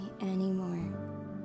anymore